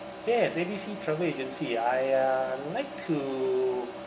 yes A B C travel agency I uh like to